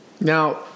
Now